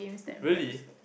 really